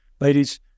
ladies